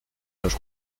los